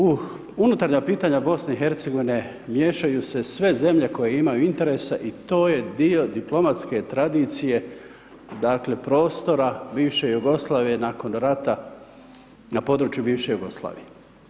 U unutarnja pitanja BiH miješaju se sve zemlje koje imaju interesa i to je dio diplomatske tradicije, dakle prostora bivše Jugoslavije nakon rata na području bivše BiH.